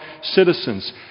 citizens